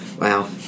Wow